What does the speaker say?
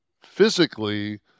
physically